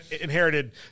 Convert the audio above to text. inherited